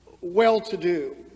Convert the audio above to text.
well-to-do